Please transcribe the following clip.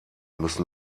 müssen